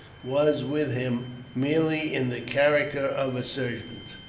was with him merely in the character of a servant.